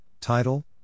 title